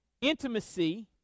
Intimacy